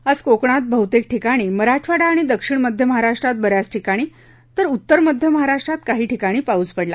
आज कोकणात बह्तेक ठिकाणी मराठवाडा आणि दक्षिण मध्य महाराष्ट्रात ब याच ठिकाणी तर उत्तर मध्य महाराष्ट्रात काही ठिकाणी पाऊस पडला